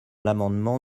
l’amendement